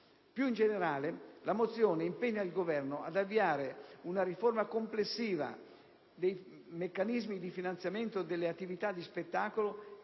Più in generale, la mozione impegna il Governo ad avviare una riforma complessiva dei meccanismi di finanziamento delle attività di spettacolo